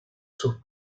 sus